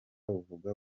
buvuga